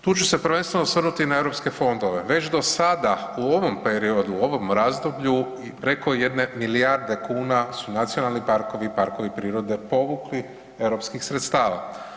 Tu ću se prvenstveno osvrnuti na europske fondove, već do sada u ovom periodu, u ovom razdoblju, preko jedne milijarde kuna su nacionalni parkovi i parkovi prirode povukli europskih sredstava.